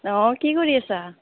অ' কি কৰি আছা